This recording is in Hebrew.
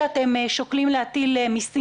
אם זו התוכנית המקורית,